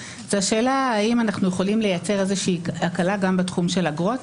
זאת השאלה האם אנחנו יכולים לייצר איזושהי הקלה גם בתחום של אגרות.